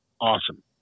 Awesome